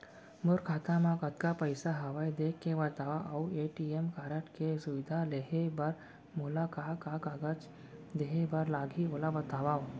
मोर खाता मा कतका पइसा हवये देख के बतावव अऊ ए.टी.एम कारड के सुविधा लेहे बर मोला का का कागज देहे बर लागही ओला बतावव?